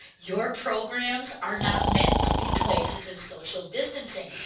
your programs are not meant to be places of social distancing.